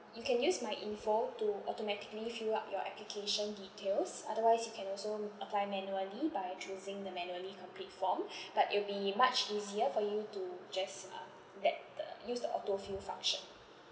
you can use MyInfo to automatically fill up your application details otherwise you can also m~ apply manually by choosing the manually complete form but it'll be much easier for you to just uh that uh use the autofill function